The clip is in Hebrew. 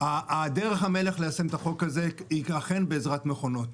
דרך המלך ליישם את החוק הזה היא אכן בעזרת מכונות.